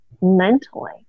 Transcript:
mentally